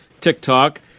TikTok